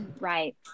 Right